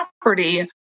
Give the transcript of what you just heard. property